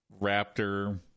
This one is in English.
raptor